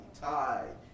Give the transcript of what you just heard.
tie